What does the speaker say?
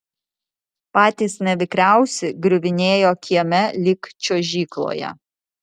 patys nevikriausi griuvinėjo kieme lyg čiuožykloje